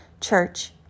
church